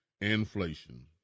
inflation